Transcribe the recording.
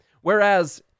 Whereas